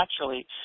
naturally